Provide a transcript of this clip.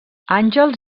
àngels